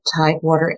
Tidewater